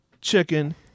chicken